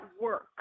work